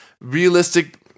realistic